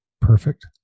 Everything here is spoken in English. Perfect